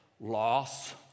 Loss